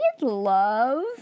love